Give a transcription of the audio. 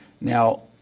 Now